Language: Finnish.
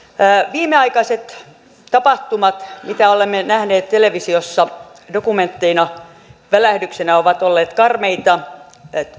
viimeaikaiset tapahtumat mitä olemme nähneet televisiossa dokumentteina välähdyksinä ovat olleet karmeita